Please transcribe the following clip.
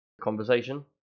conversation